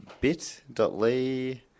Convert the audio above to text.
bit.ly